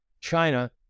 China